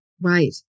Right